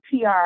PR